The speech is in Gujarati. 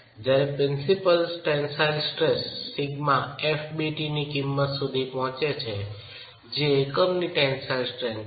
જ્યારે પ્રિન્સિપાલ ટેન્સાઇલ સ્ટ્રેસ સિગ્મા fbtની કિંમત સુધી પહોંચે છે જે એકમની ટેન્સાઇલ સ્ટ્રેન્થ છે